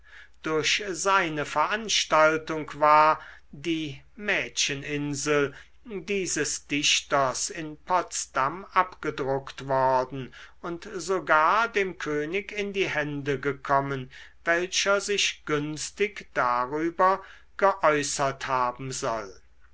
durch seine veranstaltung war die mädcheninsel dieses dichters in potsdam abgedruckt worden und sogar dem könig in die hände gekommen welcher sich günstig darüber geäußert haben soll